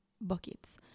buckets